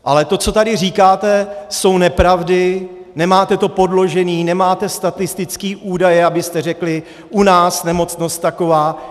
Ale to, co tady říkáte, jsou nepravdy, nemáte to podložené, nemáte statistické údaje, abyste řekli: u nás nemocnost taková.